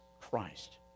Christ